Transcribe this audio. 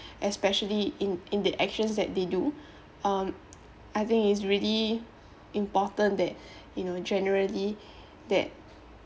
especially in in the actions that they do um I think it's really important that you know generally that